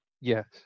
Yes